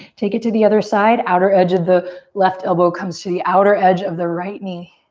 take it to the other side. outer edge of the left elbow comes to the outer edge of the right knee.